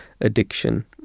addiction